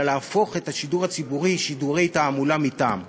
אלא להפוך את השידור הציבורי לשידורי תעמולה מטעם.